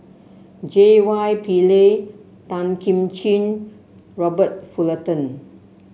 J Y Pillay Tan Kim Ching Robert Fullerton